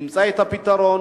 ימצא את הפתרון,